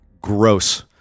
gross